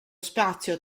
spazio